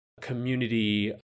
community